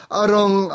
arong